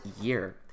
year